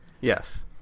yes